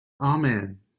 Amen